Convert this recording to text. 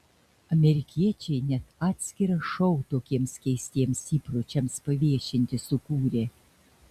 amerikiečiai net atskirą šou tokiems keistiems įpročiams paviešinti sukūrė